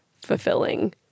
fulfilling